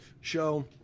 Show